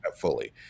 fully